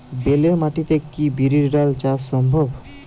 বেলে মাটিতে কি বিরির ডাল চাষ সম্ভব?